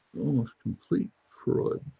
almost complete fraud.